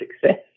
success